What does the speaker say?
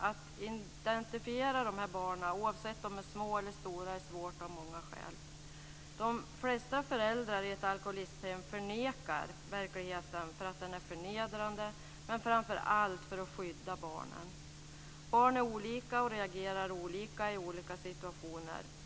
Att identifiera dessa barn oavsett om de är små eller stora, är svårt av många skäl. De flesta föräldrar i ett alkoholisthem förnekar verkligheten därför att den är förnedrande, men framför allt för att skydda barnen. Barn är olika och reagerar olika i olika situationer.